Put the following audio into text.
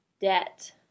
debt